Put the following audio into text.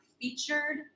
featured